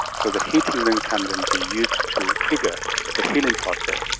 so the heating then can then be used to trigger the healing process.